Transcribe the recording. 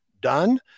done